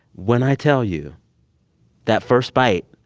when i tell you that first bite,